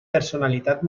personalitat